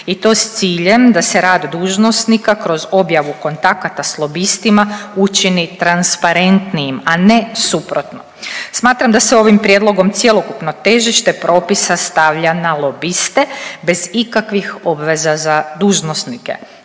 i to s ciljem da se rad dužnosnika kroz objavu kontakata s lobistima učini transparentnijim, a ne suprotno. Smatram da se ovim prijedlogom cjelokupno težište propisa stavlja na lobiste bez ikakvih obveza za dužnosnike,